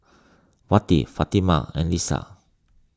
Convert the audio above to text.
Wati Fatimah and Lisa